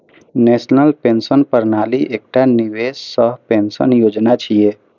national pension प्रणाली एकटा निवेश सह पेंशन योजना छियै